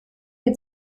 had